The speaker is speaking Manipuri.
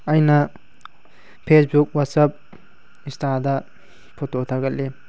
ꯑꯩꯅ ꯐꯦꯁꯕꯨꯛ ꯋꯥꯆꯞ ꯏꯟꯁꯇꯥꯗ ꯐꯣꯇꯣ ꯊꯥꯒꯠꯂꯤ